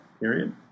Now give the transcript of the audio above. period